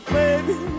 baby